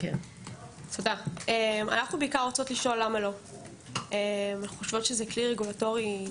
אנחנו חושבות שזה כלי רגולטורי חשוב מאוד.